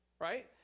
Right